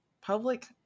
public